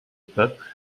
peuple